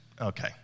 okay